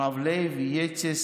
הרב לייבצס,